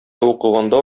укыганда